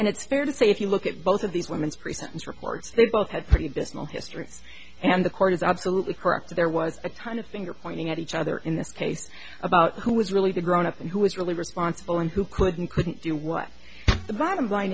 and it's fair to say if you look at both of these women's pre sentence reports they both had pretty abysmal histories and the court is absolutely correct there was a kind of finger pointing at each other in this case about who was really grown up and who was really responsible and who couldn't couldn't do what the bottom line